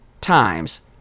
times